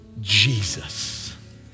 Jesus